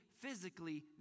physically